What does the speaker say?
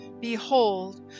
Behold